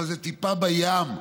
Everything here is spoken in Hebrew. אבל זאת טיפה בים.